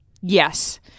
yes